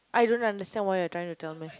I don't understand why you are trying to tell me